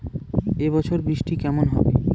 এবছর বৃষ্টি কেমন হবে?